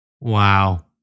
Wow